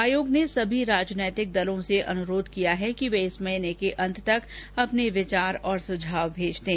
आयोग ने सभी राजनीतिक दलों से अनुरोध किया है कि इस महीने के अंत तक अपने विचार और सुझाव भेज दें